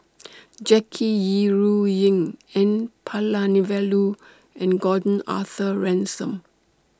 Jackie Yi Ru Ying N Palanivelu and Gordon Arthur Ransome